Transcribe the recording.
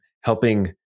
helping